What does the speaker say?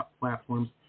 platforms